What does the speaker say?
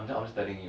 ya